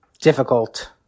difficult